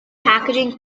packaging